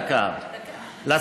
דקה, דקה, דקה, דקה.